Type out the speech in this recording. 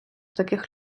таких